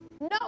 no